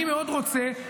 אני מאוד רוצה,